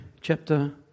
chapter